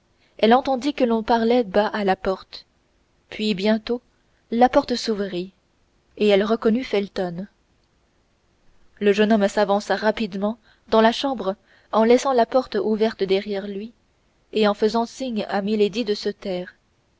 elle entendit que l'on parlait bas à la porte puis bientôt la porte s'ouvrit et elle reconnut felton le jeune homme s'avança rapidement dans la chambre en laissant la porte ouverte derrière lui et en faisant signe à milady de se taire